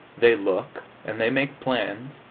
they look and they make plans,